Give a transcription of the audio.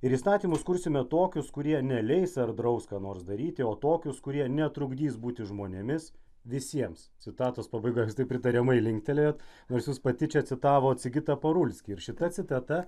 ir įstatymus kursime tokius kurie neleis ar drausti ką nors daryti o tokius kurie netrukdys būti žmonėmis visiems citatos pabaiga jūs taip pritariamai linktelėjot nors jūs pati čia citavot sigitą parulskį ir šita citata